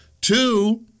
Two